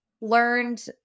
learned